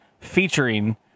featuring